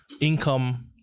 income